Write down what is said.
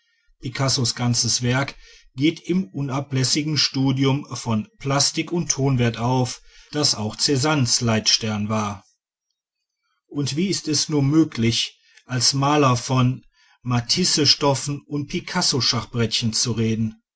bezeichnet picassos ganzes werk geht im unablässigen studium von plastik und tonwert auf das auch czannes leitstern war und wie ist es nur möglich als maler von matisse stoffen und picasso schachbrettchen zu reden